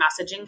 messaging